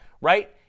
right